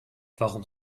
warum